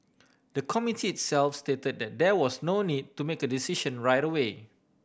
the Committee itself state that there was no need to make a decision right away